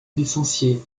licencié